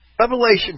Revelation